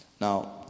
Now